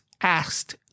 asked